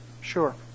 Sure